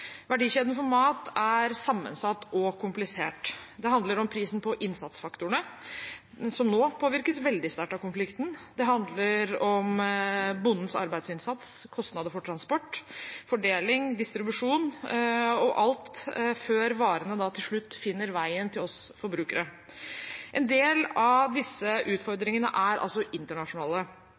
Verdikjeden for mat er sammensatt og komplisert. Det handler om prisen på innsatsfaktorene, som nå påvirkes veldig sterkt av konflikten, det handler om bondens arbeidsinnsats, kostnader for transport, fordeling og distribusjon, og alt dette er før varene til slutt finner veien til oss forbrukere. En del av disse utfordringene er altså internasjonale,